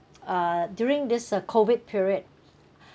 uh during this uh COVID period